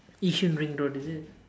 Yishun ring road is it